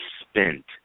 spent